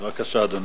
בבקשה, אדוני.